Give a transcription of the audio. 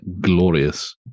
glorious